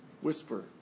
whisper